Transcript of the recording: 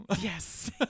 yes